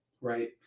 right